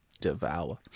devour